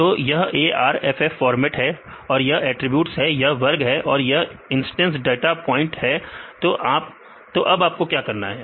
तो यह arff format है और यह अटरीब्यूट्स है यह वर्ग है और यह इंस्टेंस डाटा पॉइंट है तो अब आपको क्या करना है